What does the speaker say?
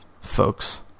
folks